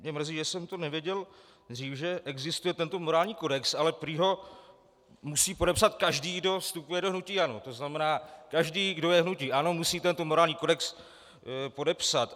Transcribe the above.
Mě mrzí, že jsem to nevěděl dříve, že existuje tento morální kodex, ale prý ho musí podepsat každý, kdo vstupuje do hnutí ANO, to znamená, že každý, kdo je v hnutí ANO, musí tento morální kodex podepsat.